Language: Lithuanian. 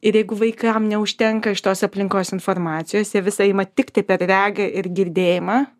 ir jeigu vaikam neužtenka iš tos aplinkos informacijos jie visą ima tiktai per regą ir girdėjimą